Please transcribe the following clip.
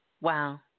Wow